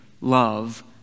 love